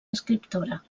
escriptora